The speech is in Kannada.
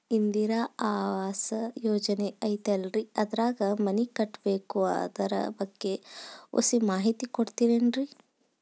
ಇಂದಿರಾ ಆವಾಸ ಯೋಜನೆ ಐತೇಲ್ರಿ ಅದ್ರಾಗ ಮನಿ ಕಟ್ಬೇಕು ಅದರ ಬಗ್ಗೆ ಒಸಿ ಮಾಹಿತಿ ಕೊಡ್ತೇರೆನ್ರಿ?